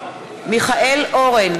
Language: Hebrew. מיכאל אורן,